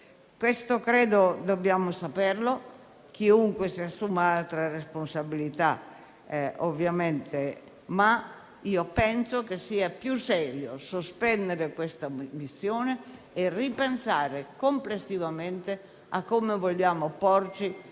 questo debba saperlo chiunque si assuma altre responsabilità, ma io penso sia più serio sospendere questa missione e ripensare complessivamente a come vogliamo porci